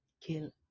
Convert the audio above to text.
kill